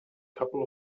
couple